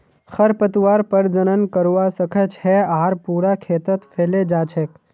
खरपतवार प्रजनन करवा स ख छ आर पूरा खेतत फैले जा छेक